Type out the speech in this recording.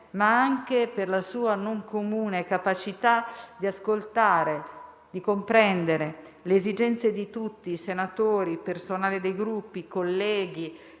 ma anche per la sua non comune capacità di ascoltare e di comprendere le esigenze di tutti, senatori, personale dei Gruppi, colleghi,